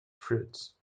fruits